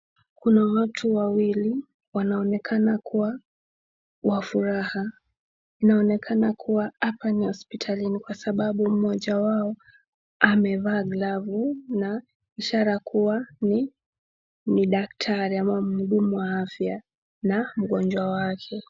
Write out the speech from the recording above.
Kuna watu wawili wanaonekana kuwa wa furaha, inaonekana kuwa hapa ni hospitalini kwa sababu mmoja wao amevaa glavu na ishara kuwa ni daktari ama mhudumu wa afya na mgonjwa wa afya.